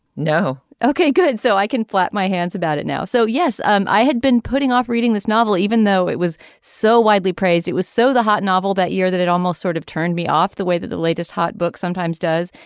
no. okay good. so i can flap my hands about it now. so yes um i had been putting off reading this novel even though it was so widely praised it was so the hot novel that year that it almost sort of turned me off the way that the latest hot book sometimes does.